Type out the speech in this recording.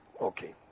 Okay